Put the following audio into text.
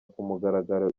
kumugaragaro